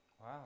Wow